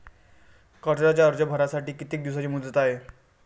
कर्जाचा अर्ज भरासाठी किती दिसाची मुदत हाय?